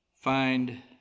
find